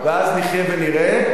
ואז נחיה ונראה,